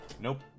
Nope